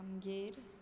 आमगेर